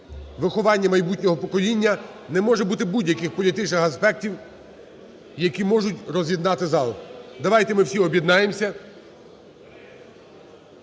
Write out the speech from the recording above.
виховання майбутнього покоління не може бути будь-яких політичних аспектів, які можуть роз'єднати зал. Давайте ми всі об'єднаємось